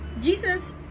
Jesus